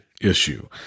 issue